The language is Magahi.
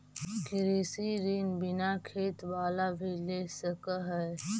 कृषि ऋण बिना खेत बाला भी ले सक है?